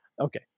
Okay